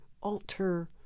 alter